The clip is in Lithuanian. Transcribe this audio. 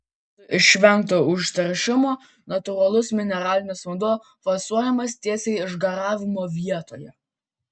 kad būtų išvengta užteršimo natūralus mineralinis vanduo fasuojamas tiesiai išgavimo vietoje